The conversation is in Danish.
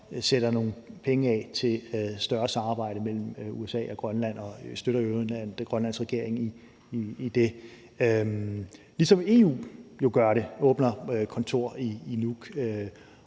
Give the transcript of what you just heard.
og sætter nogle penge af til et større samarbejde mellem USA og Grønland og støtter i øvrigt den grønlandske regering i det, ligesom EU jo gør det, altså åbner et kontor i Nuuk.